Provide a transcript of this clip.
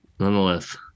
Nonetheless